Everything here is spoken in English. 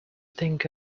think